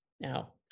Now